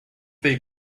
they